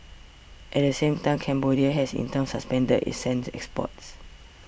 at the same time Cambodia has in turn suspended its sand exports